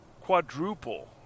quadruple